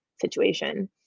situation